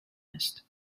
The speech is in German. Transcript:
ist